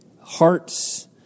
hearts